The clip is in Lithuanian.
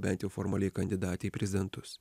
bent jau formaliai kandidatė į prezidentus